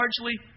largely